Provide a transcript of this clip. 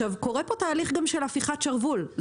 קורה פה גם תהליך של הפיכת שרוול,